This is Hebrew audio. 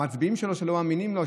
המצביעים שלו לא מאמינים לו.